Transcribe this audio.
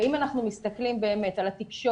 ואם אנחנו מסתכלים על התקשורת,